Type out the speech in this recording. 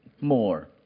more